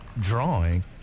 drawing